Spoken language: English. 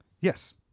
Yes